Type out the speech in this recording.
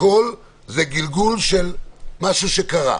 הכול זה גלגול של משהו שקרה.